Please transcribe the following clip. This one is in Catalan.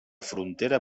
frontera